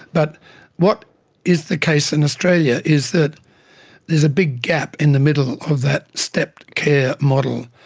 but what is the case in australia is that there's a big gap in the middle of that stepped care model.